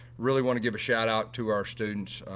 really want to give a shout out to our students.